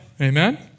Amen